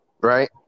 right